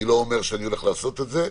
אני לא אומר שאני הולך לעשות את זה.